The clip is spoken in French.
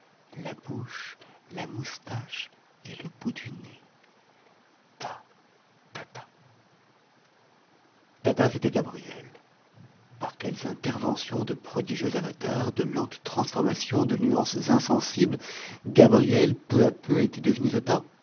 la bouche la moustache et le bout du nez ta tata tata c'était gabrielle par quelles interventions de prodigieux avatars de lentes transformations de nuances insensibles gabrielle peu à peu était devenue